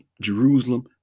Jerusalem